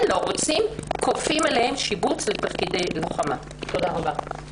רוצים כופים עליהם שיבוץ לתפקידי לוחמה." תודה רבה.